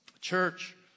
church